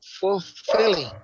fulfilling